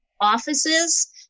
offices